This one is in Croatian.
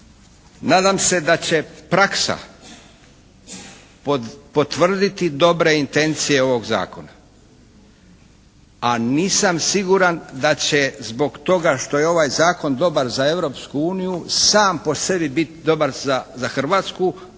nadam se da će praksa potvrditi dobre intencije ovog zakona. A nisam siguran da će zbog toga što je ovaj zakon dobar za Europsku uniju sam po sebi bit dobar za Hrvatsku